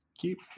Keep